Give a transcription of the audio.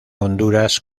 honduras